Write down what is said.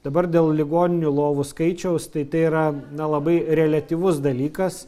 dabar dėl ligoninių lovų skaičiaus tai tai yra na labai reliatyvus dalykas